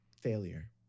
failure